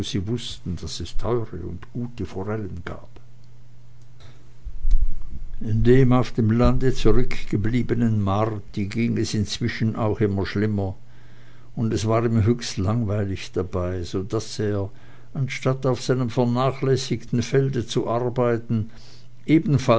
sie wußten daß es teure und gute forellen gab dem auf dem lande zurückgebliebenen marti ging es inzwischen auch immer schlimmer und es war ihm höchst langweilig dabei so daß er anstatt auf seinem vernachlässigten felde zu arbeiten